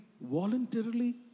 voluntarily